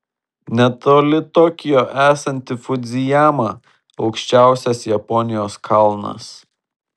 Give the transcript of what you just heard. netoli tokijo esanti fudzijama aukščiausias japonijos kalnas